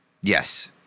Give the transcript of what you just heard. Yes